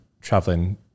traveling